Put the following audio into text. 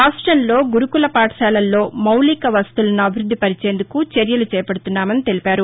రాష్టంలో గురుకుల పాఠశాలలో మౌలిక వసతులను అభివృద్ధి పరిచేందుకు చర్యలు చేపడుతున్నామని తెలిపారు